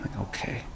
okay